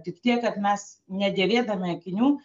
tik tiek kad mes nedėvėdami akinių